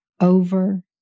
over